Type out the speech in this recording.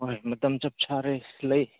ꯍꯣꯏ ꯃꯇꯝ ꯆꯞ ꯆꯥꯔꯦ ꯂꯩ